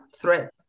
threat